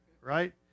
right